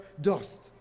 dust